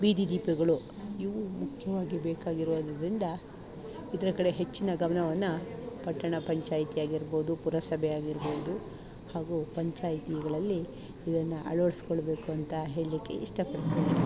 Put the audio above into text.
ಬೀದಿ ದೀಪಗಳು ಇವು ಮುಖ್ಯವಾಗಿ ಬೇಕಾಗಿರುವುದರಿಂದ ಇದರ ಕಡೆ ಹೆಚ್ಚಿನ ಗಮನವನ್ನು ಪಟ್ಟಣ ಪಂಚಾಯ್ತಿಆಗಿರ್ಬೋದು ಪುರಸಭೆ ಆಗಿರ್ಬೋದು ಹಾಗೂ ಪಂಚಾಯ್ತಿಗಳಲ್ಲಿ ಇದನ್ನು ಅಳವಡಿಸಿಕೊಳ್ಬೇಕುಂತ ಹೇಳ್ಳಿಕ್ಕೆ ಇಷ್ಟ ಪಡ್ತೀನಿ